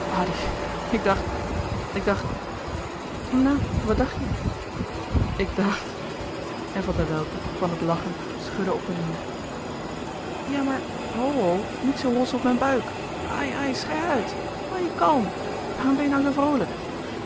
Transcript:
ik dacht ik dacht nu wat dacht je ik dacht en van der welcke van het lachen schudde op en neêr ja maar ho ho niet zoo hossen op mijn buik ai ai schei uit hoû je kalm waarom ben je nou zoo vroolijk